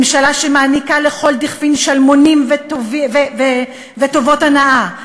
ממשלה שמעניקה לכל דכפין שלמונים וטובות הנאה,